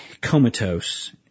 comatose